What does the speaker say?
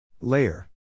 Layer